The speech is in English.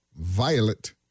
violet